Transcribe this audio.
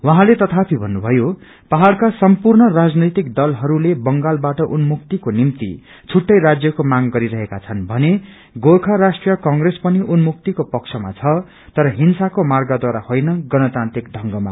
उहाँले तथापि भन्नु भयो पहाड़ सम्पूर्ण राजनैतिक दलहरूले बंगालबाट उन्मुक्तिको निम्टि छुट्टै राज्यको मांग गरि रहेका छन् भने गोर्खा राष्ट्रीय कंप्रेस पनि उन्मुक्तिको पक्षमा छ तर हिंसाको मांगदारा होइन गणतान्त्रिक ढंगमा